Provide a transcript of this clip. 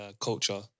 culture